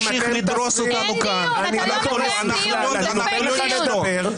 אם תמשיך לדרוס אותנו כאן, אנחנו לא נשתוק.